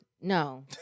No